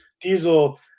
diesel